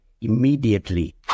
immediately